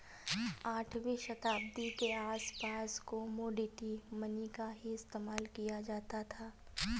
आठवीं शताब्दी के आसपास कोमोडिटी मनी का ही इस्तेमाल किया जाता था